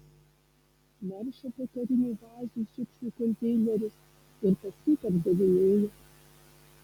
naršo po karinių bazių šiukšlių konteinerius ir paskui pardavinėja